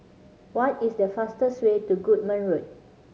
what is the fastest way to Goodman Road